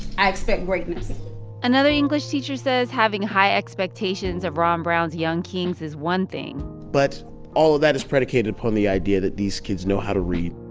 i expect greatness another english teacher says having high expectations of ron brown's young kings is one thing but all of that is predicated upon the idea that these kids know how to read